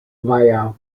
via